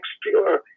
pure